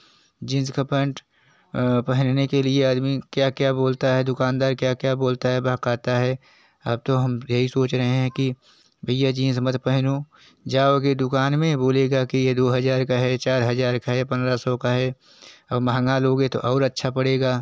jeans का pant पहनने के लिए आदमी क्या क्या बोलता है दुकानदार क्या क्या बोलता है बहकाता है अब तो हम यही सोच रहे हैं कि भैया जिन्स मत पहनो जाओगे दुकान में बोलेगा की यह दो हज़ार का है चार हज़ार का है पन्द्रह सौ का है और महँगा लोगे तो और अच्छा पड़ेगा